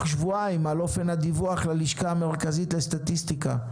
שבועיים על אופן הדיווח ללשכה המרכזית לסטטיסטיקה".